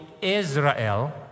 Israel